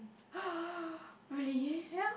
really